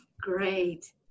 Great